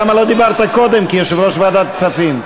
למה לא דיברת קודם כיושב-ראש ועדת הכספים?